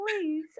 please